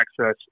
access